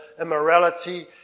immorality